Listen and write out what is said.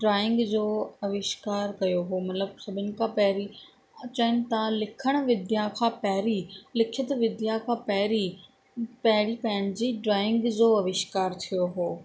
drawing जो अविष्कार कयो हुओ मतलबु सभिनी खां पहिरीं अचनि था लिखण विद्या खां पहिरीं लिखित विद्या खां पहिरीं पहिरीं पंहिंजी ड्रॉइंग जो अविष्कार थियो हुओ